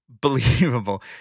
Believable